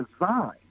design